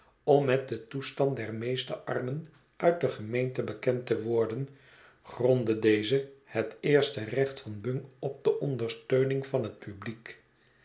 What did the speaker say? om met den toestand der meeste armen uit de gemeente bekend te worden grondde deze het eerst het recht van bung op de ondersteuning van het publiek